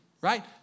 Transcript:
right